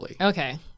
Okay